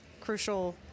crucial